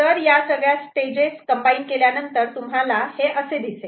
तर या सगळ्या स्टेजेस कंबाईन केल्यानंतर तुम्हाला हे असे दिसेल